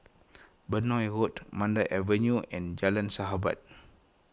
Benoi Road Mandai Avenue and Jalan Sahabat